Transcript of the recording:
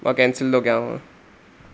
मां केंसिल थो कयांव